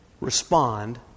respond